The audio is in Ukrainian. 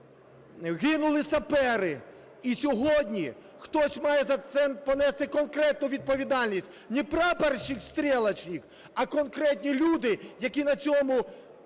гинули сапери. І сьогодні хтось має за це понести конкретну відповідальність. Не прапорщик-стрілочник, а конкретні люди, які на цьому